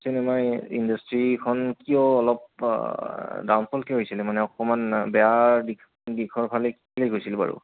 cinema ইণ্ডাষ্ট্ৰীখন কিয় অলপ ডাউনফ'ল কিয় হৈছিলে মানে অকণমান বেয়া দিশ দিশৰ ফালে কেলে গৈছিলে বাৰু